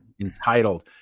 Entitled